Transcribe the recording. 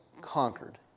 conquered